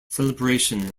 celebration